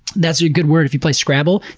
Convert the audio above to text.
that's a good word if you play scrabble,